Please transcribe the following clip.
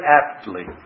aptly